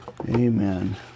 Amen